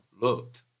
looked